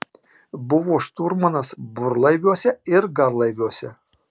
buvo šturmanas burlaiviuose ir garlaiviuose